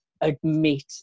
Admit